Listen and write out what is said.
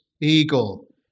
Eagle